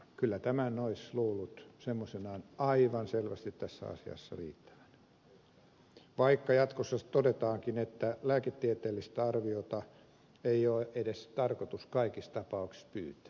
kyllä tämän olisi luullut semmoisenaan aivan selvästi tässä asiassa riittävän vaikka jatkossa todetaankin että lääketieteellistä arviota ei ole edes tarkoitus kaikissa tapauksissa pyytää